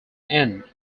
end